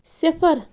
صفر